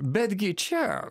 betgi čia